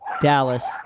Dallas